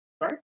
Sorry